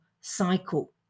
cycle